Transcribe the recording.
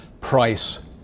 price